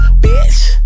Bitch